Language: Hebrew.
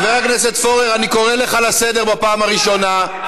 חבר הכנסת פורר, אני קורא אותך לסדר בפעם הראשונה.